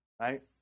right